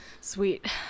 sweet